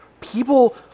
people